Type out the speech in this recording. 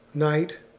night,